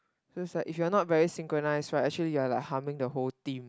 feels like if you are not very syncronize right actually you are harming the whole team